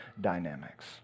dynamics